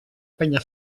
penya